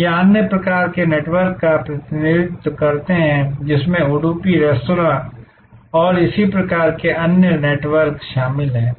या अन्य प्रकार के नेटवर्क का प्रतिनिधित्व करते हैं जिसमें उडुपी रेस्तरां और इसी तरह के अन्य नेटवर्क शामिल हैं